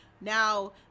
now